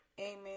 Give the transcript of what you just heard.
amen